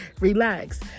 relax